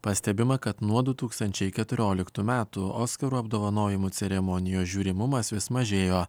pastebima kad nuo du tūkstančiai keturioliktų metų oskarų apdovanojimų ceremonijos žiūrimumas vis mažėjo